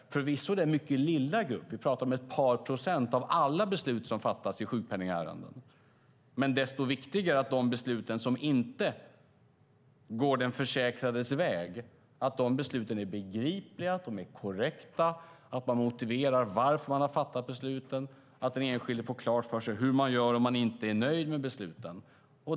Det rör förvisso en mycket liten grupp - vi pratar om ett par procent av alla beslut som fattas i sjukpenningärenden - men desto viktigare är det att de beslut som inte går den försäkrades väg är begripliga, korrekta, att man motiverar varför beslutet har fattats och att den enskilde får klart för sig hur man gör om man inte är nöjd med beslutet.